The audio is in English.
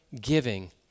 giving